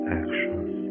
actions